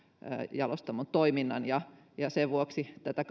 jalostamon toiminnan sen vuoksi tätä